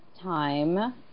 time